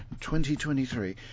2023